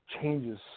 changes